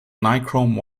nichrome